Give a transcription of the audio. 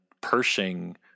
Pershing